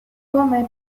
come